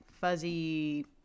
fuzzy